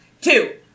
two